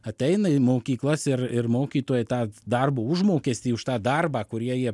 ateina į mokyklas ir ir mokytojai tą darbo užmokestį už tą darbą kurie jie